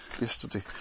yesterday